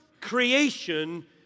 creation